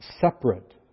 separate